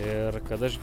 ir kad aš